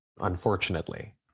unfortunately